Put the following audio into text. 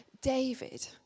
David